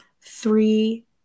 three